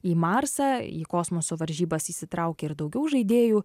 į marsą į kosmoso varžybas įsitraukė ir daugiau žaidėjų